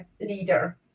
leader